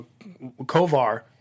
Kovar